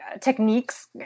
techniques